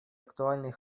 актуальный